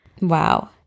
Wow